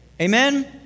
Amen